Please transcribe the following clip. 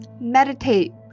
Meditate